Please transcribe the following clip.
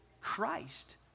Christ